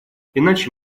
иначе